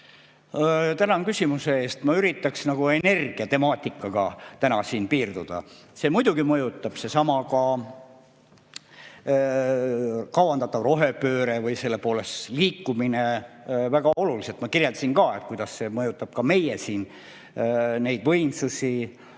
Tänan küsimuse eest! Ma üritaks energiatemaatikaga täna siin piirduda. See muidugi mõjutab, seesama kavandatav rohepööre või selle poole liikumine, väga oluliselt. Ma kirjeldasin ka, kuidas see mõjutab meie võimsusi